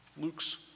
Luke's